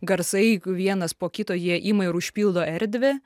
garsai vienas po kito jie ima ir užpildo erdvę